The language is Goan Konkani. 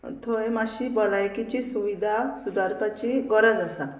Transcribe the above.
थंय मातशी भलायकेची सुविधा सुदारपाची गरज आसा